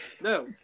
No